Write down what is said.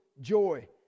joy